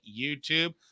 YouTube